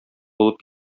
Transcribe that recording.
булып